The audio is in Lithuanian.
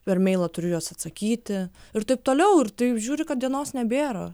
per meilą turiu juos atsakyti ir taip toliau ir taip žiūri kad dienos nebėra